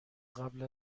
قبل